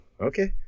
okay